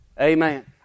Amen